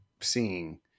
seeing